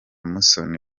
musoni